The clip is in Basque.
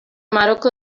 maroko